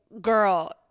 girl